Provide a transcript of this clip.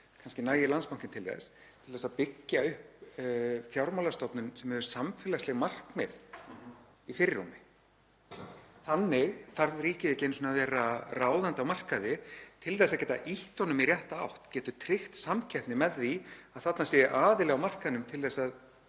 kannski nægir Landsbankinn til þess, til að byggja upp fjármálastofnun sem hefur samfélagsleg markmið í fyrirrúmi. Þannig þarf ríkið ekki einu sinni að vera ráðandi á markaði til þess að geta ýtt honum í rétta átt, geta tryggt samkeppni með því að þarna sé aðili á markaðnum til að